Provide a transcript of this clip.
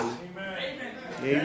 Amen